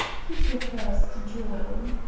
he prefers to drown!